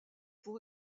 pour